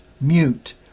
mute